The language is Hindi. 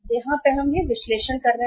ये है यह विश्लेषण हम यहां कर रहे हैं